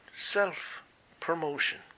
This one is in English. self-promotion